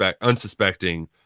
unsuspecting